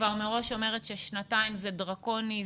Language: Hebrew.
מראש אני אומרת ששנתיים זה דרקוני,